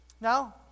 now